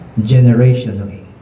generationally